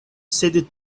sed